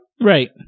Right